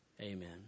Amen